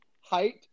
Height